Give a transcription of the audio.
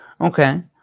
Okay